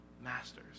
masters